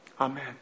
Amen